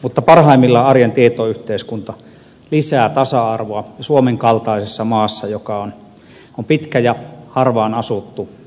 mutta parhaimmillaan arjen tietoyhteiskunta lisää tasa arvoa suomen kaltaisessa maassa joka on pitkä ja harvaanasuttu